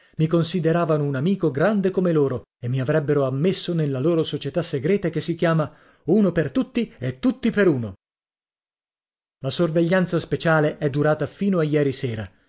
mi consideravano un amico grande come loro e mi avrebbero ammesso nella loro società segreta che si chiama uno per tutti e tutti per uno la sorveglianza speciale è durata fino a ieri sera